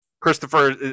Christopher